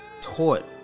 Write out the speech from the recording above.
taught